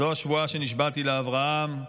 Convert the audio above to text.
זו השבועה שנשבעתי לאברהם.